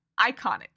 iconic